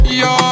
yo